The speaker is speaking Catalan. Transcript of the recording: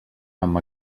amb